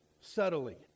subtly